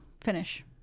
finish